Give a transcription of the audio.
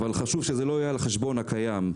אבל חשוב שזה לא יהיה על חשבון הקיים,